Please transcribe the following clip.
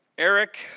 Eric